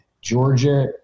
Georgia